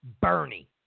Bernie